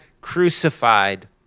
crucified